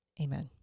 Amen